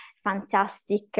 fantastic